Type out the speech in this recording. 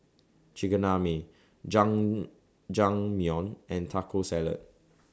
Chigenabe Jajangmyeon and Taco Salad